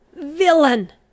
Villain